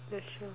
that's true